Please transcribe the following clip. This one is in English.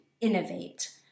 innovate